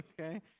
Okay